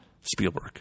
Spielberg